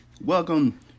Welcome